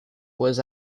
was